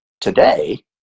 today